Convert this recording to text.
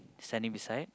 standing beside